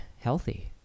healthy